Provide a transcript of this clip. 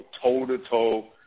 toe-to-toe